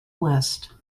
west